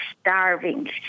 starving